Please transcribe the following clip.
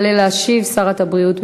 תעלה להשיב שרת הבריאות,